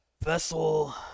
Vessel